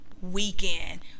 weekend